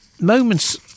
moments